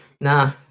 nah